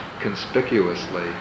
conspicuously